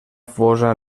fosa